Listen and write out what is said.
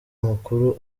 makuru